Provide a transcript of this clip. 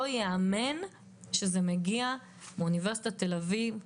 לא ייאמן שזה מגיע מאוניברסיטת תל אביב,